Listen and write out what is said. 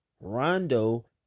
Rondo